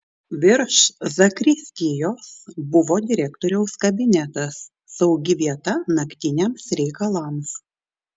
virš zakristijos buvo direktoriaus kabinetas saugi vieta naktiniams reikalams